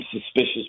suspicious